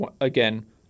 again